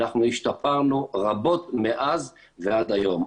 אנחנו השתפרנו רבות מאז ועד היום.